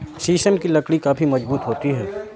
शीशम की लकड़ियाँ काफी मजबूत होती हैं